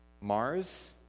Mars